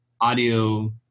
audio